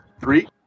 Three